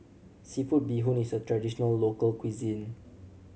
seafood bee hoon is a traditional local cuisine